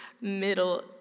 middle